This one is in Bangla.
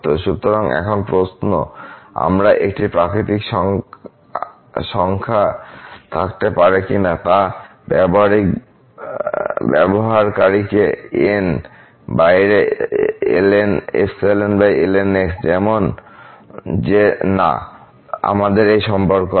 সুতরাং এখন প্রশ্ন আমরা একটি প্রাকৃতিক সংখ্যা থাকতে পারে কিনা তা ব্যবহারকারীকে n বাইরে ln ln x যেমন যে না আমাদের এই সম্পর্ক আছে